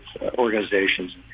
organizations